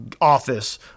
office